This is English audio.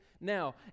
now